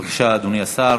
בבקשה, אדוני השר.